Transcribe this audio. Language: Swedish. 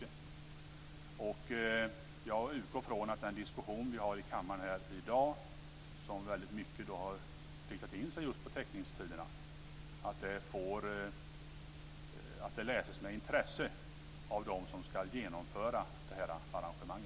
Jag utgår från att protokollet från den diskussion vi har i kammaren här i dag, som väldigt mycket har riktat in sig just på teckningstiderna, läses med intresse av dem som ska genomföra detta arrangemang.